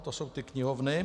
To jsou ty knihovny.